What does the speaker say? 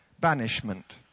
banishment